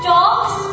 Dogs